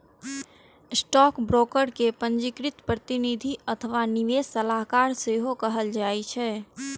stockbroker कें पंजीकृत प्रतिनिधि अथवा निवेश सलाहकार सेहो कहल जाइ छै